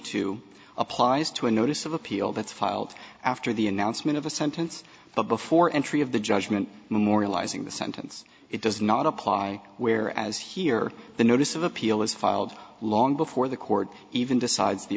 to applies to a notice of appeal that's filed after the announcement of a sentence but before entry of the judgment memorializing the sentence it does not apply whereas here the notice of appeal is filed long before the court even decides the